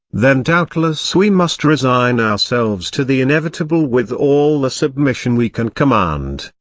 then doubtless we must resign ourselves to the inevitable with all the submission we can command,